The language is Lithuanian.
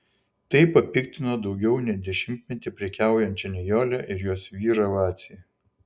tai papiktino daugiau nei dešimtmetį prekiaujančią nijolę ir jos vyrą vacį